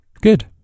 Good